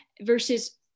versus